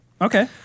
okay